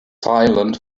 silent